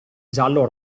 giallo